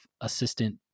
assistant